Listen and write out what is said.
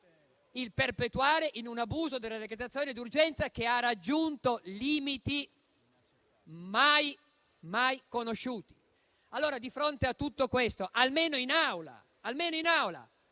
il perpetuare l'abuso della decretazione d'urgenza, che ha raggiunto limiti mai conosciuti. Di fronte a tutto questo, almeno in Aula